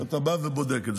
אתה בא ובודק את זה.